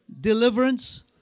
deliverance